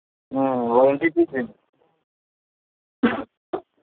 ꯎꯝ warranty ꯄꯤꯗꯣꯏꯅꯤ